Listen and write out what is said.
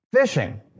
fishing